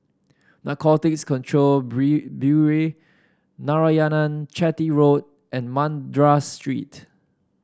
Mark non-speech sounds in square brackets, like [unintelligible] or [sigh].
Narcotics Control [unintelligible] Bureau Narayanan Chetty Road and Madras Street